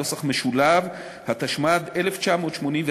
התשמ"ד 1984,